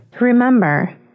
Remember